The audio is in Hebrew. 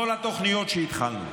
כל התוכניות שהתחלנו,